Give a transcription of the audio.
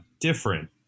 different